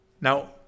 Now